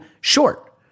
short